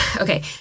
okay